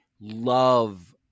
love –